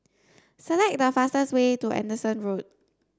select the fastest way to Anderson Road